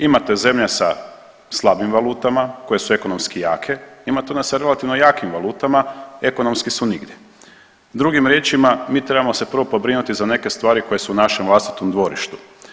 Imate zemlje sa slabim valutama koje su ekonomski jake, imate one sa relativno jakim valutama, ekonomski su nigdje, drugim riječima mi trebamo se prvo pobrinuti za neke stvari koje su u našem vlastitom dvorištu.